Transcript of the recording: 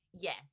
yes